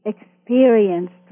experienced